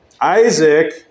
Isaac